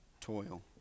toil